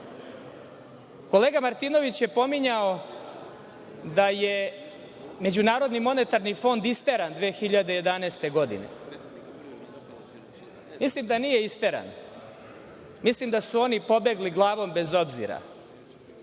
Kolega Martinović je pominjao da je MMF isteran 2011. godine. Mislim da nije isteran, mislim da su oni pobegli glavom bez obzira,